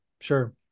Sure